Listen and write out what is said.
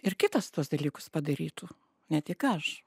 ir kitas tuos dalykus padarytų ne tik aš